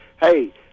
hey